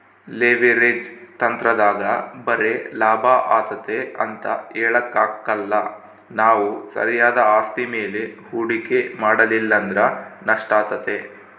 leverage ತಂತ್ರದಾಗ ಬರೆ ಲಾಭ ಆತತೆ ಅಂತ ಹೇಳಕಾಕ್ಕಲ್ಲ ನಾವು ಸರಿಯಾದ ಆಸ್ತಿ ಮೇಲೆ ಹೂಡಿಕೆ ಮಾಡಲಿಲ್ಲಂದ್ರ ನಷ್ಟಾತತೆ